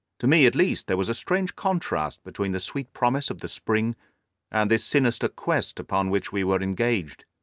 to me at least there was a strange contrast between the sweet promise of the spring and this sinister quest upon which we were engaged.